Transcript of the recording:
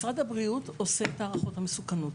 משרד הבריאות עושה את הערכות המסוכנות.